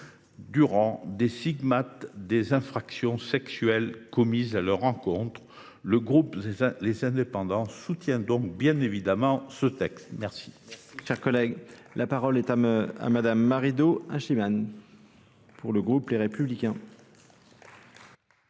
durant les stigmates des infractions sexuelles commises à leur encontre. Le groupe Les Indépendants soutient donc bien évidemment ce texte. La